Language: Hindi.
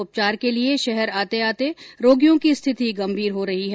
उपचार के लिए शहर आते आते रोगियों की स्थिति गंभीर हो रही हैं